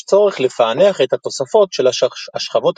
יש צורך לפענח את התוספות של השכבות